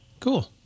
Cool